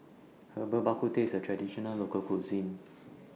Herbal Bak Ku Teh IS A Traditional Local Cuisine